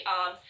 on